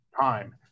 time